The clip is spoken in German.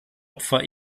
opfer